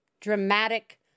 dramatic